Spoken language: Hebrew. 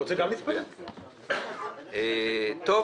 אגב,